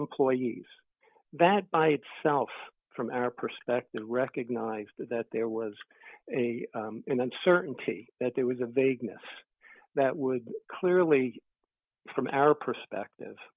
employees that by itself from our perspective recognized that there was an uncertainty that there was a vagueness that would clearly from our perspective